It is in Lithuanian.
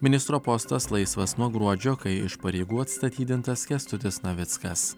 ministro postas laisvas nuo gruodžio kai iš pareigų atstatydintas kęstutis navickas